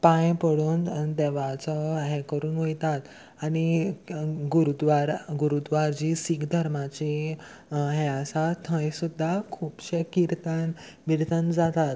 पांय पडून देवाचो हें करून वयतात आनी गुरूद्वार गुरुद्वार जी सीख धर्माची हें आसा थंय सुद्दां खुबशे किर्तन बिर्तन जातात